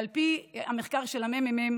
על פי המחקר של הממ"מ